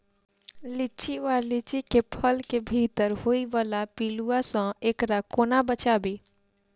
लिच्ची वा लीची केँ फल केँ भीतर होइ वला पिलुआ सऽ एकरा कोना बचाबी?